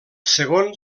segon